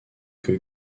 que